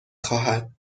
خواهد